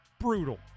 brutal